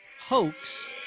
hoax